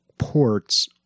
ports